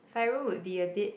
five room would be a bit